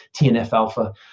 TNF-alpha